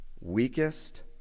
weakest